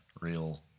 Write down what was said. Real